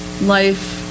life